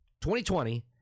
2020